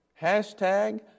Hashtag